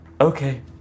Okay